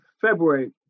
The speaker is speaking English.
February